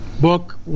book